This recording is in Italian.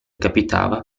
capitava